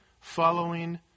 following